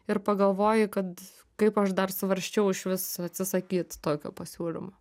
ir pagalvoji kad kaip aš dar svarsčiau išvis atsisakyt tokio pasiūlymo